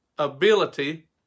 ability